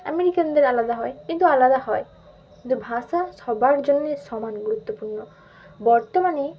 আমেরিকানদের আলাদা হয় কিন্তু আলাদা হয় কিন্তু ভাষা সবার জন্যে সমান গুরুত্বপূর্ণ বর্তমানে